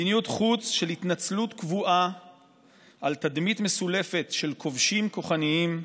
מדיניות חוץ של התנצלות קבועה על תדמית מסולפת של כובשים כוחניים.